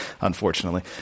unfortunately